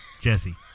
Jesse